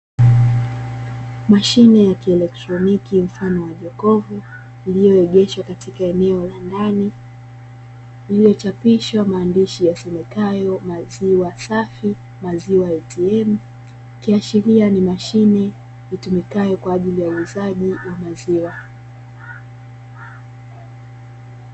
Mashine ya kieletroniki mfano wa jokofu lililoegeshwa katika eneo la ndani iliyochapishwa maandishi yasomekayo "maziwa safi maziwa ATM". Ikiashiria ni mashine itumikayo kwa ajili ya uuzaji wa maziwa.